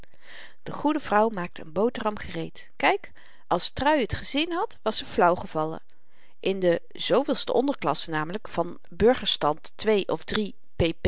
de goede vrouw maakte een boteram gereed kyk als trui t gezien had was ze flauw gevallen in de zooveelste onderklasse namelyk van burgerstand ii of iii